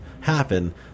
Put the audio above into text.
happen